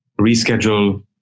reschedule